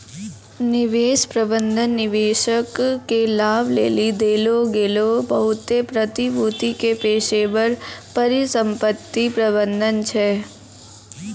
निवेश प्रबंधन निवेशक के लाभ लेली देलो गेलो बहुते प्रतिभूति के पेशेबर परिसंपत्ति प्रबंधन छै